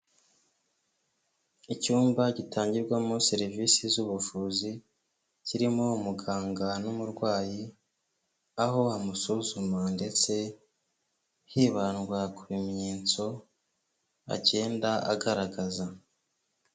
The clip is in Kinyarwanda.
Icyumba gitangirwamo serivisi z 'ubuvuzi kirimo umuganga n'umurwayi aho amusuzuma ndetse hibandwa ku bimenyetso agenda agaragaza.